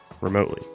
remotely